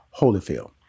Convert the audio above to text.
Holyfield